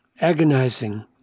agonizing